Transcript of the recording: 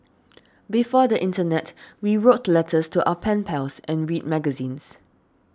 before the internet we wrote letters to our pen pals and read magazines